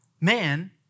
Man